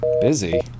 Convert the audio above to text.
Busy